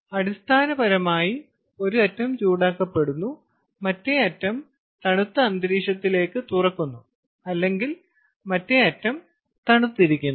അതിനാൽ അടിസ്ഥാനപരമായി ഒരു അറ്റം ചൂടാക്കപ്പെടുന്നു മറ്റേ അറ്റം തണുത്ത അന്തരീക്ഷത്തിലേക്ക് തുറക്കുന്നു അല്ലെങ്കിൽ മറ്റേ അറ്റം തണുത്തിരിക്കുന്നു